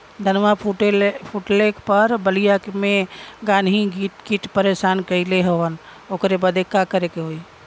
धनवा फूटले पर बलिया में गान्ही कीट परेशान कइले हवन ओकरे बदे का करे होई?